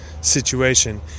situation